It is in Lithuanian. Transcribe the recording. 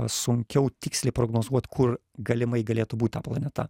sunkiau tiksliai prognozuot kur galimai galėtų būti ta planeta